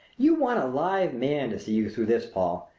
you want a live man to see you through this, paul.